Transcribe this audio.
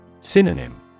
Synonym